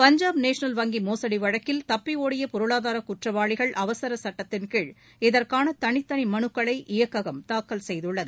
Punjab national வங்கி மோசடி வழக்கில் தப்பியோடிய பொருளாதார குற்றவாளிகள் அவசரச் சட்டத்தின்கீழ் இதற்கான தனித்தனி மனுக்களை இயக்ககம் தாக்கல் செய்துள்ளது